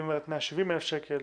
היא אומרת 170,000 שקל.